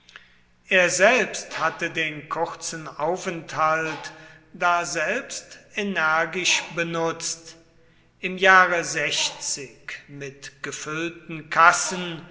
er selbst hatte den kurzen aufenthalt daselbst energisch benutzt im jahre mit gefüllten kassen